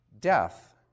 death